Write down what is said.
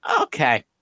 okay